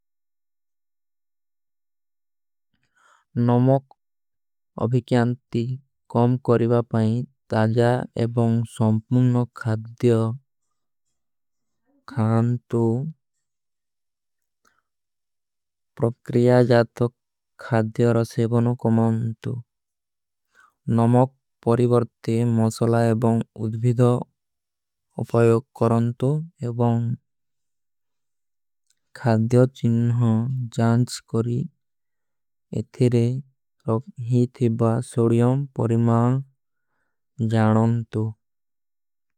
ନମକ ଅଭିକ୍ଯାଂତି କମ କରିଵା ପାଈ ତାଜା ଏବଂଗ। ସଂପୁଣ ଖାଦ୍ଯା ଖାନ୍ତୁ ପ୍ରକ୍ରିଯା ଜାତକ ଖାଦ୍ଯା ରଶେବନ। କମାନ୍ତୁ ନମକ ପରିଵର୍ତେ ମସଲା ଏବଂଗ ଉଦ୍ଭିଦା ଅପଯୋ। କରନ୍ତୁ ଏବଂଗ ଖାଦ୍ଯା ଚିନ୍ହ ଜାନ୍ଚ। କରି ଏଥିରେ ରଖ ହୀ ଥିବା ସୋଡିଯୋଂ ପରିମାଂ ଜାନନ୍ତୁ।